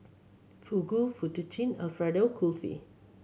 Fugu Fettuccine Alfredo Kulfi